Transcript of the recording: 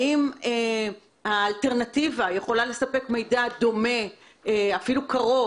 האם האלטרנטיבה יכולה לספק מידע דומה או קרוב